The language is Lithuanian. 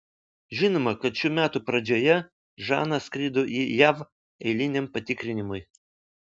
žinoma kad šių metų pradžioje žana skrido į jav eiliniam patikrinimui